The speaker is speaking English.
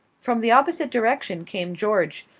from the opposite direction came george,